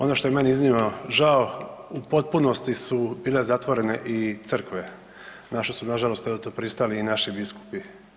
Ono što je meni iznimno žao u potpunosti su bile zatvorene i crkve, na što su nažalost pristali i naši biskupi.